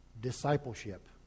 discipleship